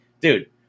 dude